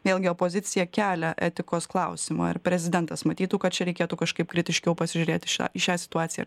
vėlgi opozicija kelia etikos klausimą ar prezidentas matytų kad čia reikėtų kažkaip kritiškiau pasižiūrėt į į šią situaciją